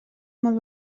molt